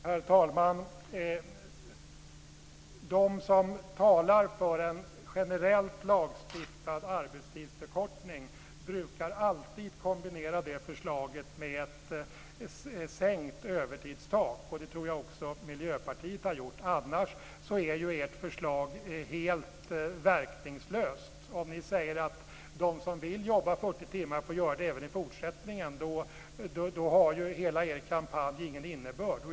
Herr talman! De som talar för en generellt lagstiftad arbetstidsförkortning brukar alltid kombinera det förslaget med ett sänkt övertidstak. Det tror jag också Miljöpartiet har gjort. Annars är ju ert förslag helt verkningslöst. Om ni säger att de som vill jobba 40 timmar får göra det även i fortsättningen har ju hela er kampanj ingen innebörd.